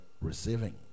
receiving